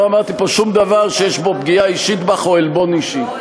לא אמרתי פה שום דבר שיש בו פגיעה אישית בך או עלבון אישי.